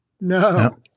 no